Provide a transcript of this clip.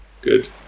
Good